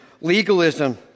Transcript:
legalism